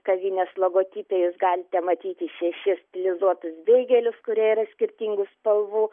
kavinės logotipe jūs galite matyti šešis stilizuotus beigelius kurie yra skirtingų spalvų